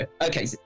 Okay